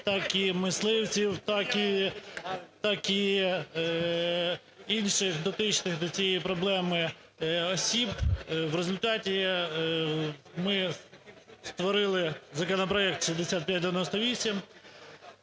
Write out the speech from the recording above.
так і мисливців, так і інших дотичних до цієї проблеми осіб. В результаті ми створили законопроект 6598.